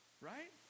right